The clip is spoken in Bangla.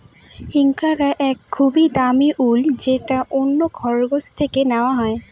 ইঙ্গরা এক খুবই দামি উল যেটা অন্য খরগোশ থেকে নেওয়া হয়